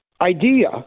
idea